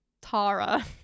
tara